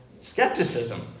Skepticism